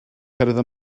cyrraedd